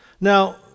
Now